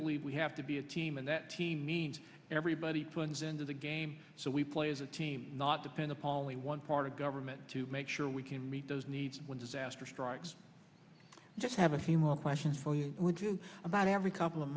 believe we have to be a team and that means everybody turns into the game so we play as a team not depend upon only one part of government to make sure we can meet those needs when disaster strikes just have a few more questions for you would you about every couple of